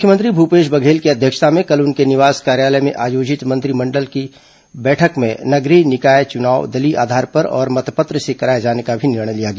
मुख्यमंत्री भूपेश बघेल की अध्यक्षता में कल उनके निवास कार्यालय में आयोजित मंत्रिपरिषद की बैठक में नगरीय निकाय चुनाव दलीय आधार पर और मतपत्र से कराए जाने का भी निर्णय लिया गया